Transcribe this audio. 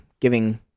giving